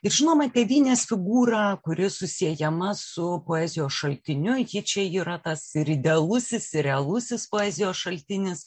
ir žinoma tėvynės figūra kuri susiejama su poezijos šaltiniu ji čia yra tas ir idealusis ir realusis poezijos šaltinis